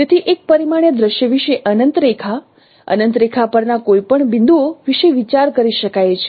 તેથી એક પરિમાણીય દ્રશ્ય વિશે અનંત રેખા અનંત રેખા પરના કોઈપણ બિંદુઓ વિશે વિચાર કરી શકાય છે